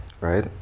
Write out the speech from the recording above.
Right